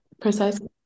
Precisely